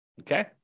okay